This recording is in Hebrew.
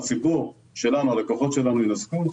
הלקוחות שלנו יינזקו,